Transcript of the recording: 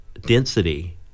density